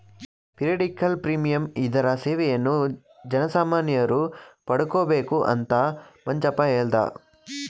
periodical premium ಇದರ ಸೇವೆಯನ್ನು ಜನಸಾಮಾನ್ಯರು ಪಡಕೊಬೇಕು ಅಂತ ಮಂಜಪ್ಪ ಹೇಳ್ದ